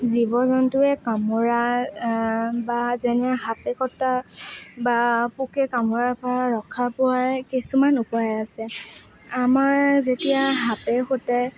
জীৱ জন্তুৱে কামোৰা বা যেনে সাপে কটা বা পোকে কামোৰাৰ পৰা ৰক্ষা পোৱাৰ কিছুমান উপায় আছে আমাৰ যেতিয়া সাপে খুটে